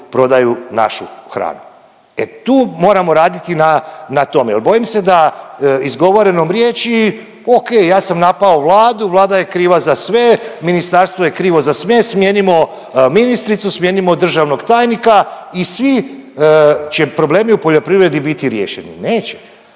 prodaju našu hranu. E tu moramo raditi na, na tome jel bojim se da izgovorenom riječi, okej ja sam napao Vladu, Vlada je kriva za sve, ministarstvo je krivo za sve, smijenimo ministricu, smijenimo državnog tajnika i svi će problemi u poljoprivredi biti riješeni. Neće,